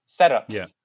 setups